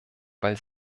weil